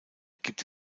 gibt